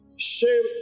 Shame